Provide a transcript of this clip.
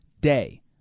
day